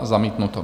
Zamítnuto.